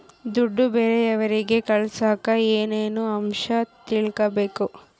ದುಡ್ಡು ಬೇರೆಯವರಿಗೆ ಕಳಸಾಕ ಏನೇನು ಅಂಶ ತಿಳಕಬೇಕು?